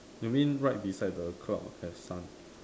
you mean right beside the cloud has sun